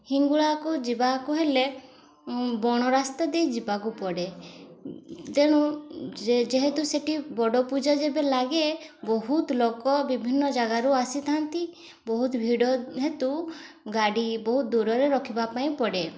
ହିଙ୍ଗୁଳାକୁ ଯିବାକୁ ହେଲେ ବଣ ରାସ୍ତା ଦେଇ ଯିବାକୁ ପଡ଼େ ତେଣୁ ଯେହେତୁ ସେଠି ବଡ଼ ପୂଜା ଯେବେ ଲାଗେ ବହୁତ ଲୋକ ବିଭିନ୍ନ ଜାଗାରୁ ଆସିଥାନ୍ତି ବହୁତ ଭିଡ଼ ହେତୁ ଗାଡ଼ି ବହୁତ ଦୂରରେ ରଖିବା ପାଇଁ ପଡ଼େ